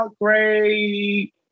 great